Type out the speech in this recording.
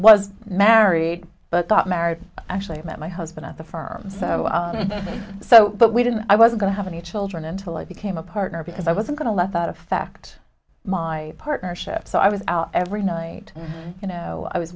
was married but that marriage actually met my husband at the firm so but we didn't i was going to have any children until i became a partner because i wasn't going to let that affect my partnership so i was out every night you know i was